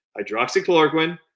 hydroxychloroquine